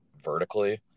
vertically